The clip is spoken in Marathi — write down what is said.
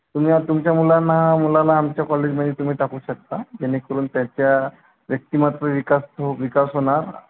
तुम्ही तुमच्या मुलांना मुलाला आमच्या कॉलेजमध्ये तुम्ही टाकू शकता जेणेकरून त्याच्या व्यक्तिमत्व विकास हो विकास होणार